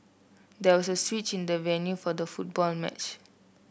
there was a switch in the venue for the football match